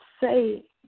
say